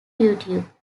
youtube